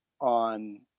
on